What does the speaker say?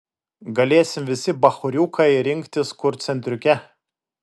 galėsim visi bachūriukai rinktis kur centriuke